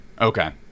Okay